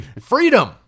Freedom